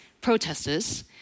protesters